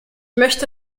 möchte